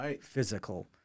physical